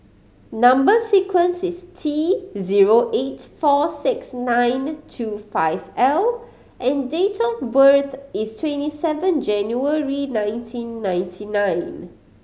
number sequence is T zero eight four six nine two five L and date of birth is twenty seven January nineteen ninety nine